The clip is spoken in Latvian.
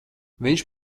viņš